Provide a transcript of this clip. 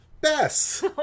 bess